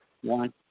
One